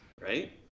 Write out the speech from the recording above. right